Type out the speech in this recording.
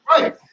Right